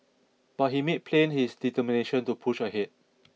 but he made plain his determination to push ahead